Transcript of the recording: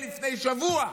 לפני שבוע.